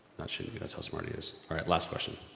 that shows you guys how smart he is. right, last question.